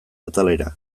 atalera